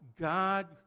God